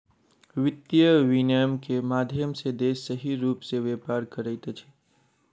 वित्तीय विनियम के माध्यम सॅ देश सही रूप सॅ व्यापार करैत अछि